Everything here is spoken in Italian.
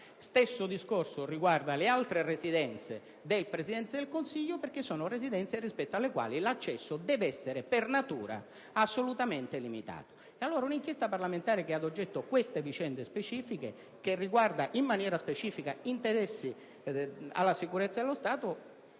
Stesso discorso riguarda le altre residenze del Presidente del Consiglio, l'accesso alle quali deve essere per natura assolutamente limitato. Un'inchiesta parlamentare che avesse ad oggetto queste vicende specifiche, che riguardasse in maniera specifica interessi della sicurezza dello Stato